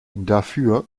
dafür